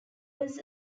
was